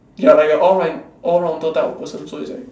ya like a all like all rounder type of person so it's like